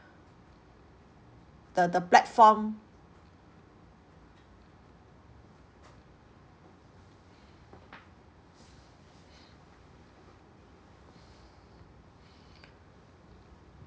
the the platform